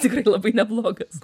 tikrai labai neblogas